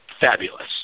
fabulous